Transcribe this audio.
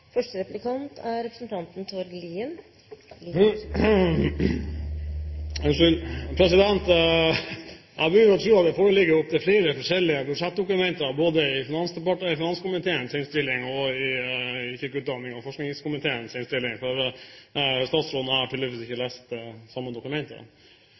Jeg begynner å tro at det foreligger opptil flere forskjellige budsjettdokumenter, både i finanskomiteens innstilling og i kirke-, utdannings- og forskningskomiteens innstilling, for statsråden og jeg har tydeligvis ikke